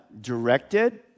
directed